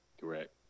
Correct